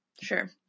Sure